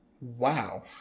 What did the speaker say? Wow